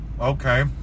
Okay